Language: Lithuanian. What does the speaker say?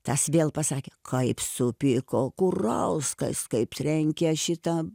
tas vėl pasakė kaip supyko kurauskas kaip trenkia šitą